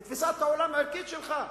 את תפיסת העולם הערכית שלך,